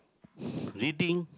reading